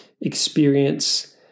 experience